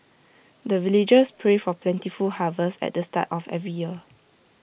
the villagers pray for plentiful harvest at the start of every year